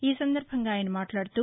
ఈ సందర్బంగా ఆయన మాట్లాడుతూ